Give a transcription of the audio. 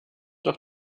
noch